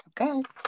Okay